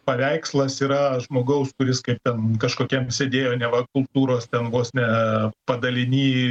paveikslas yra žmogaus kuris kaip ten kažkokiam sėdėjo neva kultūros ten vos ne padaliny